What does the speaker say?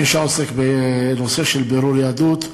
מי שעוסק בנושא של בירור יהדות,